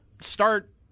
start